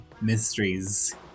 mysteries